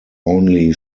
only